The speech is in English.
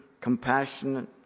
compassionate